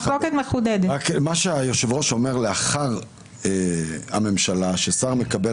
מה שהיושב ראש אומר לגבי זה ששר מקבל